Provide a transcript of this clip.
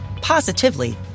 positively